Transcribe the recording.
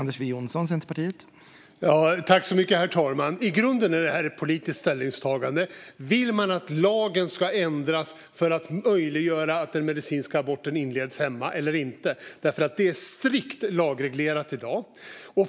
Herr talman! I grunden är det här ett politiskt ställningstagande. Vill man att lagen ska ändras för att möjliggöra att den medicinska aborten inleds hemma eller inte? Det är strikt lagreglerat i dag.